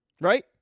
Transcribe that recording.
right